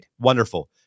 Wonderful